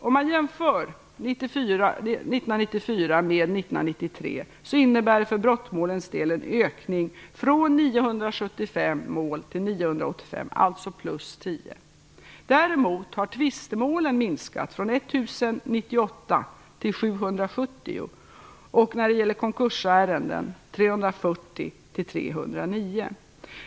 Om man jämför 1994 med 1993 innebär det en ökning av antalet brottmål från 975 till 985 mål, alltså plus 10. Däremot har tvistemålen minskat från 1 098 till 770, och konkursärendena har minskat från 340 till 309.